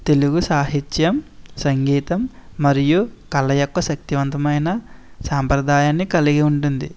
తెలుగు సాహిత్యం సంగీతం మరియు కళ యొక్క శక్తివంతమైన సాంప్రదాయాన్ని కలిగి ఉంటుంది